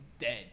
dead